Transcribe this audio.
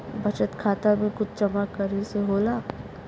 बचत खाता मे कुछ जमा करे से होला?